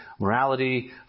morality